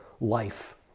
life